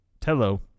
tello